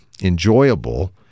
enjoyable